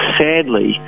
sadly